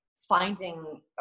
finding